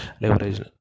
leverage